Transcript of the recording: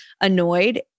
annoyed